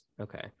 Okay